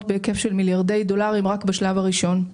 בהיקף של מיליארדי דולרים רק בשלב הראשון.